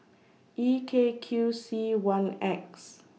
E K Q C one X